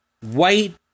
white